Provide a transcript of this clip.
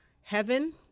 Heaven